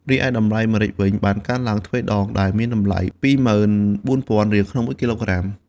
រីឯតម្លៃម្រេចវិញបានកើនឡើងទ្វេដងដែលមានតម្លៃ ២ ម៉ឺន ៤ ពាន់រៀលក្នុងមួយគីឡូក្រាម។